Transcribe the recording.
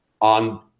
on